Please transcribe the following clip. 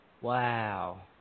Wow